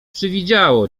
przywidziało